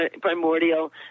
primordial